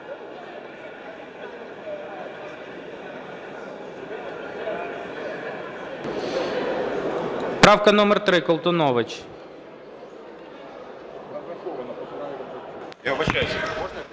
Правка номер 3, Колтунович.